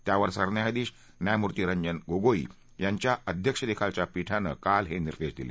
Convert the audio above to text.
त्यावर सरन्यायाधीश न्यायमूर्ती रंजन गोगोई यांच्या अध्यक्षतेखालच्या पीठानं काल हे निर्देश दिले